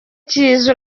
cyiza